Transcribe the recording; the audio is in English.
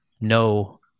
no